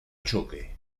choque